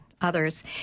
others